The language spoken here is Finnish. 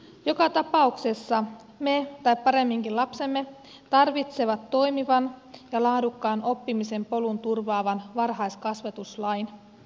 joka tapauksessa me tarvitsemme tai paremminkin lapsemme tarvitsevat toimivan ja laadukkaan oppimisen polun turvaavan varhaiskasvatuslain